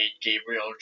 Gabriel